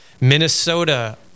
Minnesota